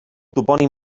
topònim